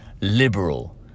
liberal